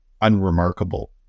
unremarkable